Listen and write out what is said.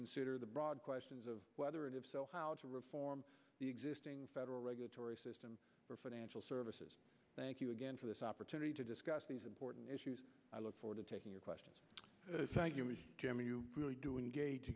consider the broad questions of whether and if so how to reform the existing federal regulatory system for financial services thank you again for this opportunity to discuss these important issues i look forward to taking your questions thank you jim you really do